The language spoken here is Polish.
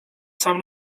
sam